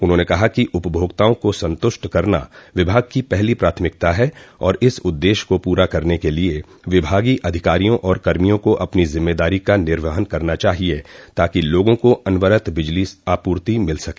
उन्होंने कहा कि उपभोक्ताओं को संतुष्ट करना विभाग की पहली प्राथमिकता है और इस उददेश्य को पूरा करने लिए विभागीय अधिकारियों और कर्मियों को अपनी जिम्मेदारी का निर्वहन करना चाहिए ताकि लोगों को अनवरत् बिजली आपूर्ति मिल सके